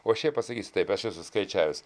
o šiaip pasakysiu taip aš esu skaičiavęs